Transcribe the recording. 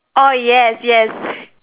oh yes yes